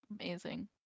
Amazing